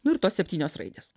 nu ir tos septynios raidės